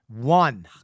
One